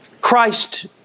Christ